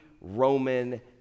Roman